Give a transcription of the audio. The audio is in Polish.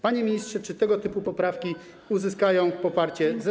Panie ministrze, czy tego typu poprawki uzyskają poparcie rządu?